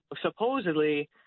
supposedly